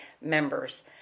members